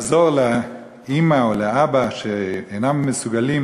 שלעזור לאימא או לאבא שאינם מסוגלים